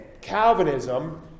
Calvinism